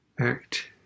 act